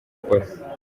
akora